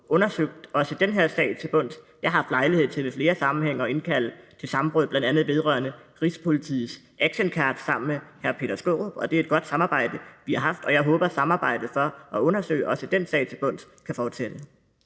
undersøgt den her sag til bunds. Jeg har haft lejlighed til i flere sammenhænge at indkalde til samråd, bl.a. vedrørende Rigspolitiets actioncards, sammen med hr. Peter Skaarup. Det er et godt samarbejde, vi har haft, og jeg håber, samarbejdet for at undersøge også den sag til bunds kan fortsætte.